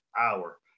hour